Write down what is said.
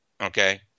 okay